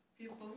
people